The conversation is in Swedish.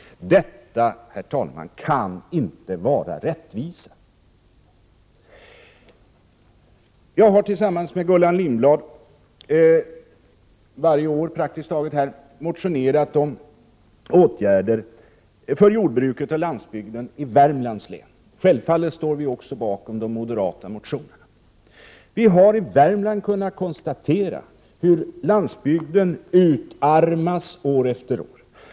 Detta, herr talman, kan inte vara rättvisa. Jag har tillsammans med Gullan Lindblad praktiskt taget varje år motionerat om åtgärder för jordbruket och landsbygden i Värmland. Självfallet står vi också bakom de moderata motionerna. Vi har i Värmland kunnat konstatera hur landsbygden utarmas år efter år.